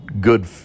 good